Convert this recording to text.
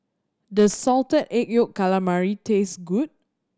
does Salted Egg Yolk Calamari taste good